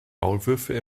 maulwürfe